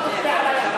לא תכפה עלי,